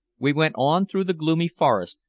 we went on through the gloomy forest,